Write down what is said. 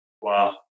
Wow